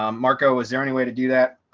um marco, is there any way to do that?